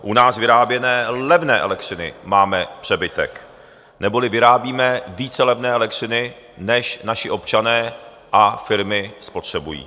U nás vyráběné levné elektřiny máme přebytek, neboli vyrábíme více levné elektřiny, než naši občané a firmy spotřebují.